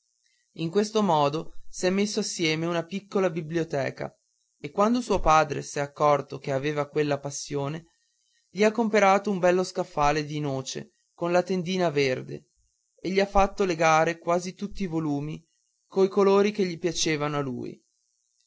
in questo modo s'è già messo insieme una piccola biblioteca e quando suo padre s'è accorto che aveva quella passione gli ha comperato un bello scaffale di noce con la tendina verde e gli ha fatto legare quasi tutti i volumi coi colori che piacevano a lui